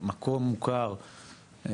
מקום מוכר,